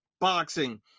Boxing